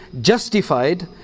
justified